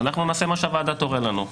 אנחנו נעשה מה שהוועדה תורה לנו.